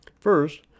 First